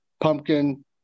pumpkin